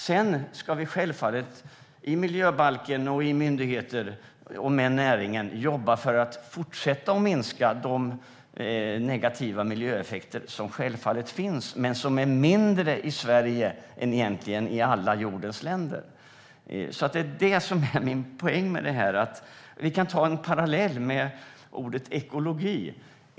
Sedan ska vi självfallet i miljöbalken, inom myndigheter och tillsammans med näringen jobba för att fortsätta att minska de negativa miljöeffekter som finns, men som är mindre i Sverige jämfört med alla jordens länder. Det är det som är min poäng. En parallell till detta är ordet ekologi.